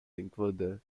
include